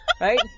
Right